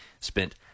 spent